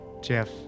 Jeff